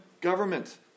government